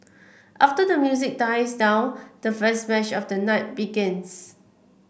after the music dies down the first match of the night begins